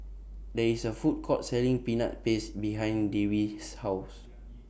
There IS A Food Court Selling Peanut Paste behind Dewey's House